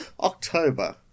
October